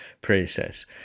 process